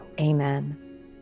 Amen